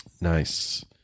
Nice